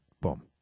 Boom